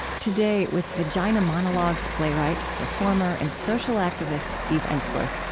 today with vagina monologues playwright, performer, and social activist eve ensler.